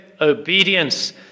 obedience